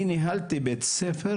אני ניהלתי בית ספר